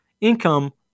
income